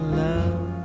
love